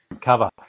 cover